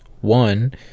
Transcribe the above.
One